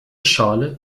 schale